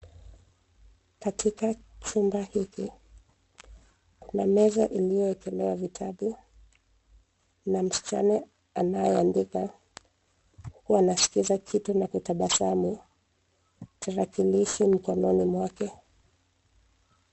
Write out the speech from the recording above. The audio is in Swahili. Katika chumba hiki, kuna meza iliyoekelewa vitabu, na msichana anayeandika, huku anasikiza kitu na kutabasamu, tarakilishi mkononi mwake.